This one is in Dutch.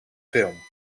film